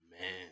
Man